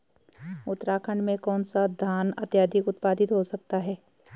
उत्तराखंड में कौन सा धान अत्याधिक उत्पादित हो सकता है?